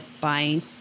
buying